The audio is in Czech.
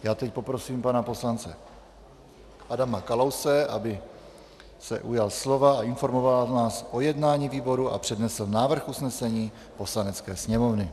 Já teď poprosím poslance Adama Kalouse, aby se ujal slova a informoval nás o jednání výboru a přednesl návrh usnesení Poslanecké sněmovny.